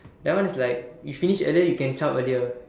that one is like you finish earlier you can zhao earlier